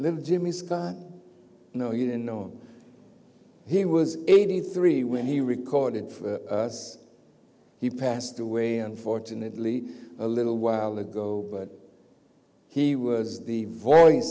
them jimmy scott no you didn't know he was eighty three when he recorded for us he passed away unfortunately a little while ago but he was the voice